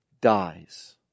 dies